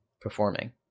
performing